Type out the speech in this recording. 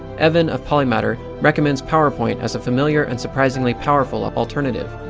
evan of polymatter, recommends powerpoint as a familiar and surprisingly powerful alternative.